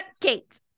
Kate